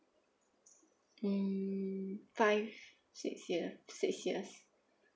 mm five six year six years